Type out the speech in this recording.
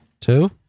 Two